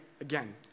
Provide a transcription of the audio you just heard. Again